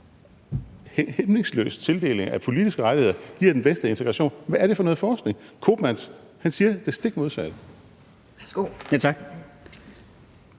hæmningsløs tildeling af politiske rettigheder giver den bedste integration? Hvad er det for noget forskning? Koopmans siger det stik modsatte.